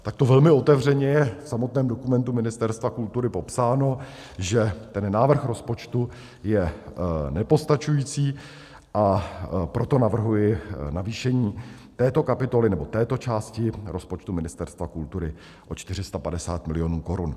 Takto velmi otevřeně je v samotném dokumentu Ministerstva kultury popsáno, že ten návrh rozpočtu je nepostačující, a proto navrhuji navýšení této kapitoly nebo této části rozpočtu Ministerstva kultury o 450 milionů korun.